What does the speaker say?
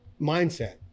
mindset